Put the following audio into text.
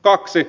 kaksi